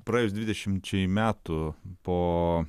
praėjus dvidešimčiai metų po